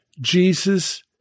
Jesus